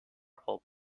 خوب